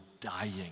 dying